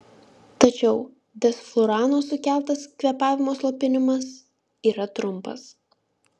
tačiau desflurano sukeltas kvėpavimo slopinimas yra trumpas